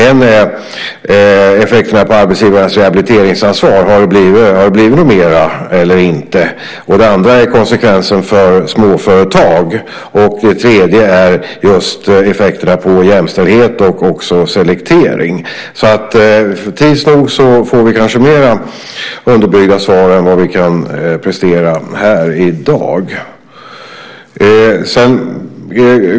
En gäller effekterna på arbetsgivarens rehabiliteringsansvar. Har det blivit något mer eller inte? En annan gäller konsekvenserna för småföretag och en tredje just effekterna på jämställdhet och också selektering. Tids nog får vi kanske mer underbyggda svar än vad vi kan prestera här i dag.